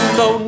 no